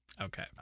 Okay